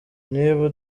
niba